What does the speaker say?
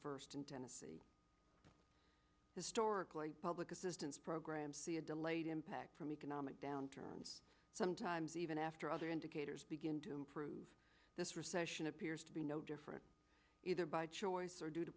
first in tennessee historically public assistance programs see a delayed impact from economic downturn sometimes even after other indicators begin to improve this recession appears to be no different either by choice or d